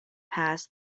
passed